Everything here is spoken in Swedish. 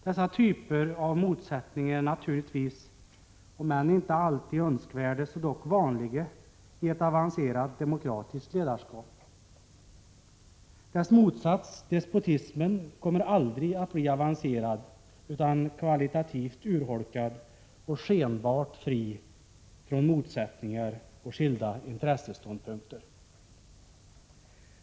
Dessa typer av motsättningar är naturligtvis om inte alltid önskvärda så dock vanliga i ett avancerat demokratiskt ledarskap. Dess motsats, despotismen, kommer aldrig att bli avancerad utan kvalitativt urholkad och bara skenbart fri från motsättningar och skilda intresseståndpunkter.